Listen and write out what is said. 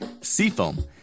Seafoam